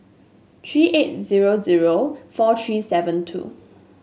three eight zero zero four three seven two